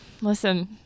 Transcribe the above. Listen